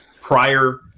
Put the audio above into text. prior